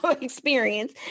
experience